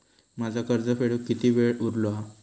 माझा कर्ज फेडुक किती वेळ उरलो हा?